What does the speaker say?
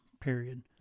period